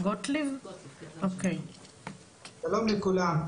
שלום לכולם,